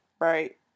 right